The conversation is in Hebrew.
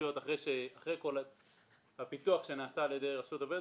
לרשויות אחר כל הפיתוח שנעשה על ידי רשות הבדואים.